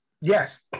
Yes